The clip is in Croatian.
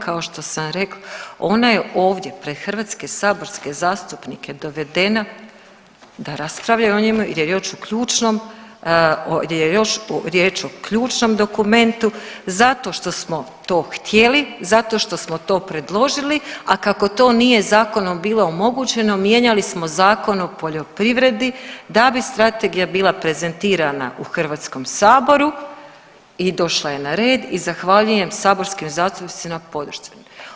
Kao što sam rekla ona je ovdje pred hrvatske saborske zastupnike dovedena da raspravljaju o njemu jer je još u ključnom, jer je još riječ o ključnom dokumentu zato što smo to htjeli, zato što smo to predložili, a kako to nije bilo zakonom omogućeno mijenjali smo Zakon o poljoprivredi da bi strategija bila prezentirana u Hrvatskom saboru i došla je na red i zahvaljujem saborskim zastupnicima na podršci.